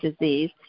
disease